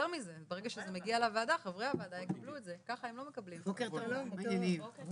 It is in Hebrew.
ישיבת ועדת העבודה והרווחה ליום 13 בפברואר 2022,